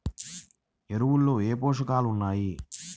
ఎరువులలో ఏ పోషకాలు ఉన్నాయి?